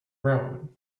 road